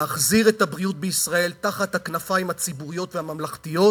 להחזיר את הבריאות בישראל להיות תחת הכנפיים הציבוריות והממלכתיות,